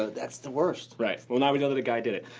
ah that's the worst. right. well now we know that a guy did it.